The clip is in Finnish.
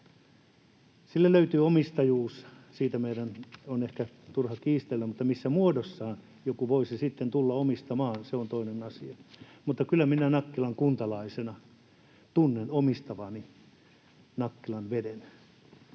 Sille löytyy omistajuus, siitä meidän on ehkä turha kiistellä, mutta se, missä muodossa joku voisi sitten tulla omistamaan, on toinen asia. Mutta kyllä minä Nakkilan kuntalaisena tunnen omistavani Nakkilan veden.